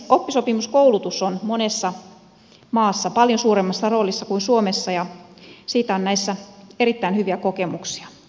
oppisopimuskoulutus on monessa maassa paljon suuremmassa roolissa kuin suomessa ja siitä on näissä erittäin hyviä kokemuksia